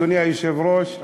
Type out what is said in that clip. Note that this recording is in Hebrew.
אדוני היושב-ראש,